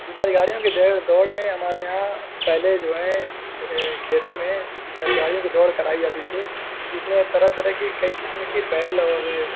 بیل گاڑیوں کے دوڑ میں ہمارے یہاں پہلے جو ہیں کھیتوں میں بیل گاڑیوں کی دوڑ کرائی جاتی تھی جس میں طرح طرح کی کئی قسم کی بیل اور